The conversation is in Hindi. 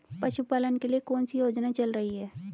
पशुपालन के लिए कौन सी योजना चल रही है?